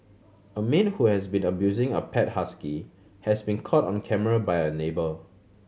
a maid who has been abusing a pet husky has been caught on camera by a neighbour